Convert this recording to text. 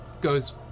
goes